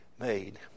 made